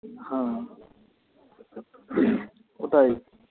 হ্যাঁ ওটাই